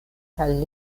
kaj